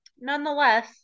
nonetheless